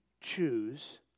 choose